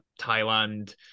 Thailand